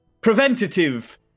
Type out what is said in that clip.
Preventative